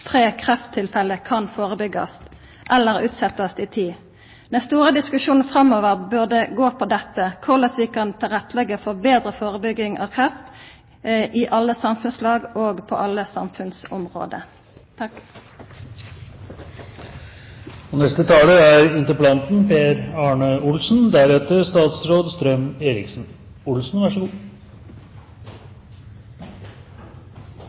tre krefttilfelle kan førebyggjast, eller utsetjast i tid. Den store diskusjonen framover burde gå på korleis vi kan leggje til rette for betre førebygging av kreft i alle samfunnslag og på alle samfunnsområde. La meg begynne med det siste innlegget. Jeg synes det er